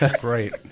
great